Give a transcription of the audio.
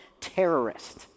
terrorist